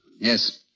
Yes